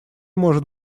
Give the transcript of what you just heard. может